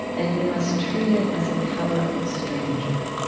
and you must treat it as a powerful stranger.